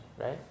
right